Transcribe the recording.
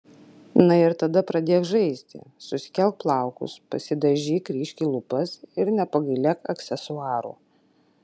na ir tada pradėk žaisti susikelk plaukus pasidažyk ryškiai lūpas ir nepagailėk aksesuarų